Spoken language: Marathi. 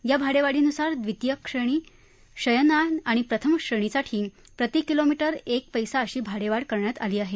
या भाडेवाढीनुसार द्वितीय श्रेणी शयनयान आणि प्रथम श्रेणीसाठी प्रति किलोमीटर एक पद्मी अशी भाडे वाढ करण्यात आली आहे